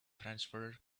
transverse